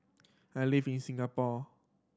I live in Singapore